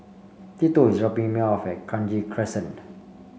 tito is dropping me off at Kranji Crescent